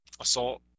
assault